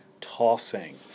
tossing